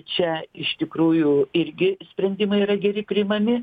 čia iš tikrųjų irgi sprendimai yra geri priimami